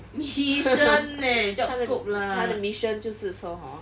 mission leh job scope lah